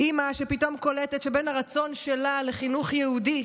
אימא שפתאום קולטת שבין הרצון שלה לחינוך יהודי,